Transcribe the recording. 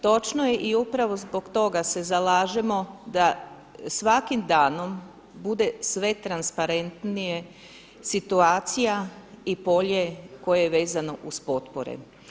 Točno je i upravo zbog toga se zalažemo da svakim danom bude sve transparentnije situacija i polje koje je vezano uz potpore.